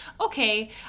okay